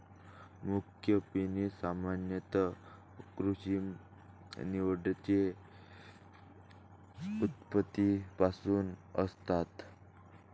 मुख्य पिके सामान्यतः कृत्रिम निवडीच्या उत्पत्तीपासून असतात